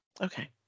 Okay